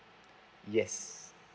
yes